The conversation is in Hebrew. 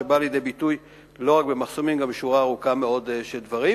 שבאה לידי ביטוי לא רק במחסומים אלא גם בשורה ארוכה של דברים.